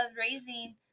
raising